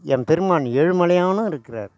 எம்பெருமான் ஏழுமலையானும் இருக்கிறார்